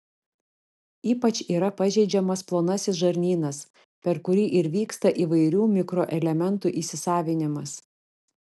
ypač yra pažeidžiamas plonasis žarnynas per kurį ir vyksta įvairių mikroelementų įsisavinimas